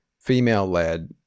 female-led